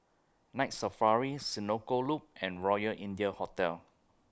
Night Safari Senoko Loop and Royal India Hotel